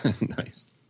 Nice